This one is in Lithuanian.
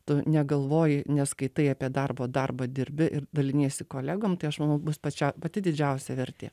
tu negalvoji neskaitai apie darbą o darbą dirbi ir daliniesi kolegom tai aš manau bus pačia pati didžiausia vertė